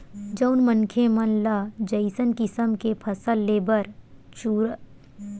जउन मनखे मन ल जइसन किसम के फसल लेबर रुचत हवय अइसन किसम के फसल अपन खेत खार मन म बरोबर लेवत हवय